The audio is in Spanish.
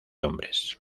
hombres